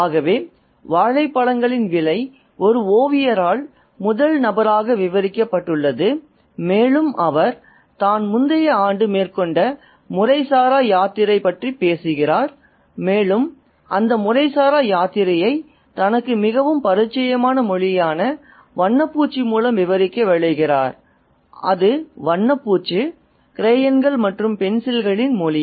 ஆகவே "வாழைப்பழங்களின் விலை" ஒரு ஓவியரால் முதல் நபராக விவரிக்கப்பட்டுள்ளது மேலும் அவர் தான் முந்தைய ஆண்டு மேற்கொண்ட முறைசாரா யாத்திரை பற்றிப் பேசுகிறார் மேலும் அந்த முறைசாரா யாத்திரையை தனக்கு மிகவும் பரிச்சயமான மொழியான வண்ணப்பூச்சு மூலம் விவரிக்க விளைகிறார் அது வண்ணப்பூச்சு கிரேயன்கள் மற்றும் பென்சில்களின் மொழி